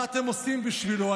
מה אתם עושים בשבילו,